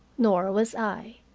nor was i.